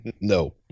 No